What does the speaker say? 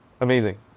Amazing